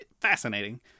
fascinating